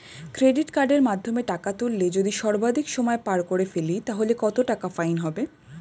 Credit কার্ডের মাধ্যমে টাকা তুললে যদি সর্বাধিক সময় পার করে ফেলি তাহলে কত টাকা ফাইন হবে?